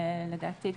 לדעתי,